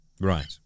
Right